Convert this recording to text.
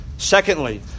Secondly